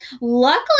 luckily